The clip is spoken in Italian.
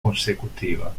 consecutiva